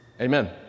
Amen